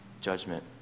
judgment